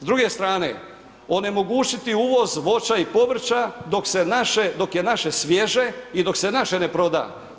S druge strane, onemogućiti uvoz voća i povrća dok je naše svježe i dok se naše ne proda.